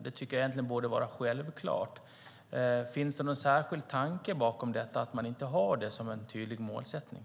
Det borde egentligen vara självklart. Finns det någon särskild tanke bakom att man inte har det som en tydlig målsättning?